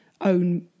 own